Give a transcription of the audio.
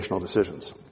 decisions